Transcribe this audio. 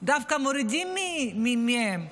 דווקא מורידים מהם,